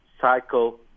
cycle